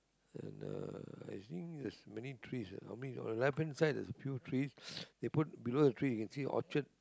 and uh I think there's many trees uh how many uh left hand side there's a few trees they put below the trees you can see Orchard